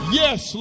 yes